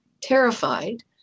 terrified